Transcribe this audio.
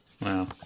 Wow